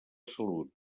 salut